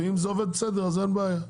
ואם זה עובד בסדר אז אין בעיה.